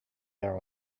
there